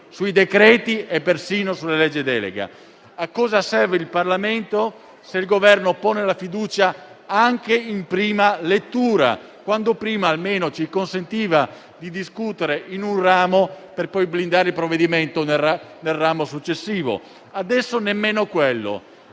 sui decreti e persino sulle leggi delega? A cosa serve il Parlamento se il Governo pone la fiducia anche in prima lettura? Almeno prima ci consentiva di discutere in un ramo del Parlamento, per poi blindare il provvedimento nel ramo successivo; adesso nemmeno quello.